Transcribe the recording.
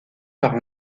par